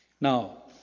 Now